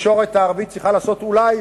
התקשורת הערבית צריכה לעשות אולי,